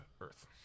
Earth